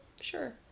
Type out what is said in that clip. Sure